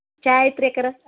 ಚಹಾ ಆಯ್ತು ರೀ ಅಕ್ಕಾರ